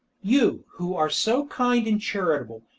you, who are so kind and charitable,